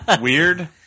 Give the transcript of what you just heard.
weird